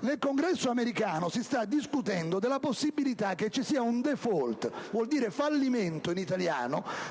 Nel Congresso americano si sta discutendo della possibilità che ci sia un *default*, che in italiano vuol dire fallimento,